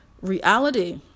reality